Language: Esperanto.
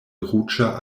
ruĝa